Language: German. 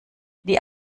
die